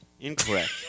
Incorrect